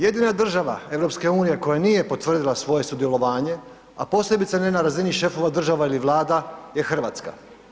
Jedina država EU koja nije potvrdila svoje sudjelovanje, a posebice ne na razini šefova država ili vlada je Hrvatska.